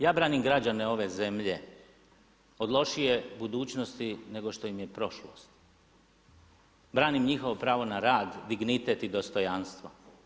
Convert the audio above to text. Ja branim građane ove zemlje od lošije budućnosti nego što im je prošlost, branim njihovo pravo na rad, dignitet i dostojanstvo.